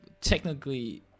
technically